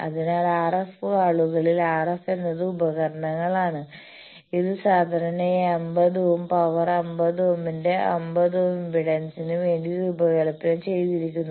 അതിനാൽ RF ആളുകളിൽ RF എന്നത് ഉപകരണങ്ങളാണ് ഇത് സാധാരണയായി 50 ohm പവർ 50 ohm ന്റെ 50 ohm ഇംപെഡൻസിന് വേണ്ടി രൂപകൽപ്പന ചെയ്തിരിക്കുന്നു